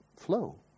flow